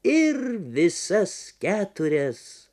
ir visas keturias